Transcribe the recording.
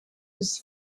his